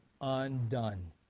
Undone